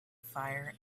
fire